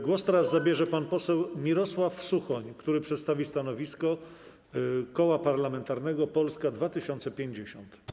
Głos teraz zabierze pan poseł Mirosław Suchoń, który przedstawi stanowisko Koła Parlamentarnego Polska 2050.